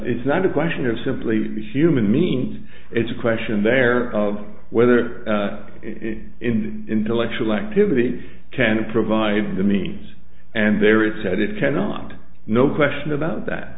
it's not a question of simply the human means it's a question there of whether in intellectual activity can provide the means and there it said it cannot no question about that